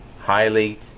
Highly